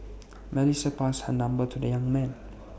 Melissa passed her number to the young man